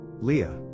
Leah